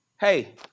hey